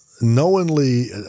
knowingly